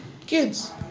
Kids